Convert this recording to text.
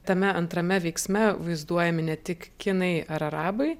tame antrame veiksme vaizduojami ne tik kinai ar arabai